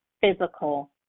physical